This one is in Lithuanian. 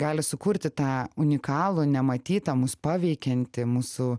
gali sukurti tą unikalų nematytą mus paveikiantį mūsų